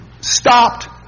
stopped